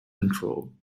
control